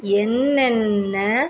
என்னென்ன